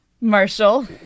Marshall